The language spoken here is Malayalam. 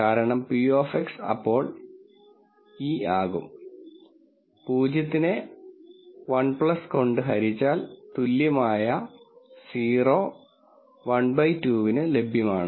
കാരണം p of X അപ്പോൾ e ആകും 0 നെ 1 കൊണ്ട് ഹരിച്ചാൽ തുല്യമായ 0 1 by 2 ന് തുല്യമാണ്